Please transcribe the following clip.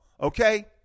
okay